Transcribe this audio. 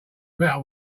better